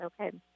okay